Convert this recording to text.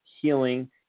healing